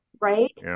right